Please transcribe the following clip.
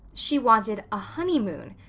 she wanted a honeymoon.